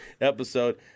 episode